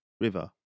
River